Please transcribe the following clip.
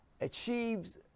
achieves